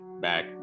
back